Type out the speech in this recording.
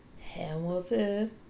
Hamilton